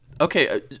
Okay